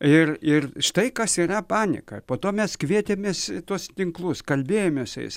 ir ir štai kas yra panika po to mes kvietėmės į tuos tinklus kalbėjomės su jais